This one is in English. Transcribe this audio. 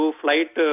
flight